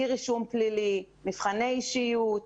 אי רישום פלילי, מבחני אישיות,